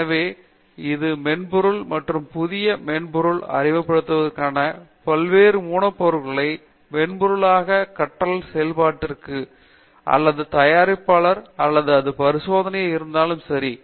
எனவே இது மென்பொருள் மற்றும் புதிய மென்பொருள்களை அறிமுகப்படுத்துவதன் மூலம் பல்வேறு மென்பொருள்களுக்காக கற்றல் செயல்பாட்டிற்கு அல்லது தயாரிப்பாளர் அல்லது அது பரிசோதனையாக இருந்தாலும் சரி